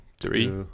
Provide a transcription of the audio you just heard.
three